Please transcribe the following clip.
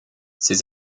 ses